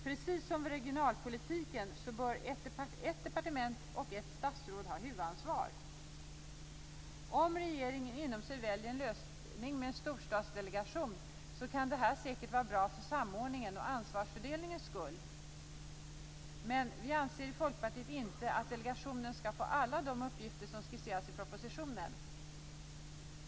Precis som när det gäller regionalpolitiken bör ett departement och ett statsråd ha huvudansvaret. Om regeringen inom sig väljer en lösning med en storstadsdelegation kan det säkert vara bra för samordningens och ansvarsfördelningens skull, men vi i Folkpartiet anser inte att delegationen skall få alla de uppgifter som skisseras i propositionen.